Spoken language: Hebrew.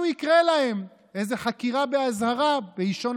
אדוני היושב-ראש,